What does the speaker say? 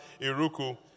Iruku